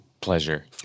pleasure